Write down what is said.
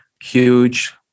huge